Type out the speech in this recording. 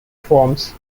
forms